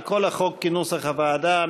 על כל החוק כנוסח הוועדה.